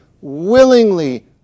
willingly